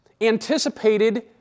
anticipated